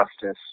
justice